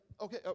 okay